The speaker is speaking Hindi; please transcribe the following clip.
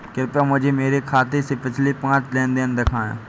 कृपया मुझे मेरे खाते से पिछले पांच लेन देन दिखाएं